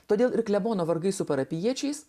todėl ir klebono vargai su parapijiečiais